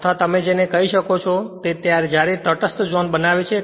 અથવા તમે કહી શકો કે તે કે જ્યારે તટસ્થ ઝોન બનાવે છે